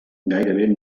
gairebé